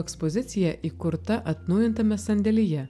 ekspozicija įkurta atnaujintame sandėlyje